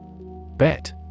Bet